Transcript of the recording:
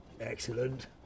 Excellent